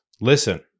listen